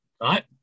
right